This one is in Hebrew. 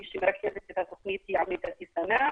מי שמרכזת את התוכנית היא עמיתתי סנא,